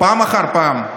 פעם אחר פעם.